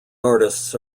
artists